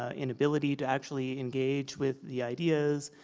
ah inability to actually engage with the ideas,